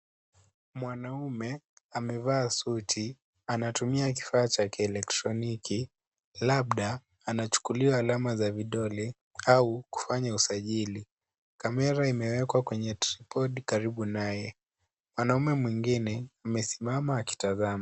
Mwanamume amevaa suti. Anatumia kifaa cha kielektroniki labda anachukuliwa alama za vidole au kufanya usajili. Kamera imewekwa kwenye tripodi karibu naye. Mwanamume mwingine amesimama akitazama.